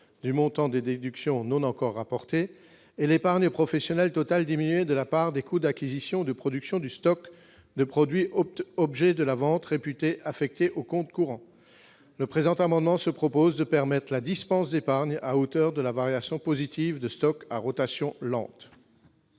du montant des déductions non encore rapportées et l'épargne professionnelle totale diminuée de la part des coûts d'acquisition ou de production du stock de produits objet de la vente réputés affectés au compte courant ? Le présent amendement vise à permettre la dispense d'épargne à hauteur de la variation positive de stocks à rotation lente.